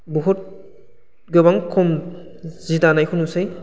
बहुत गोबां खम सि दानायखौ नुयोसै